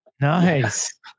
Nice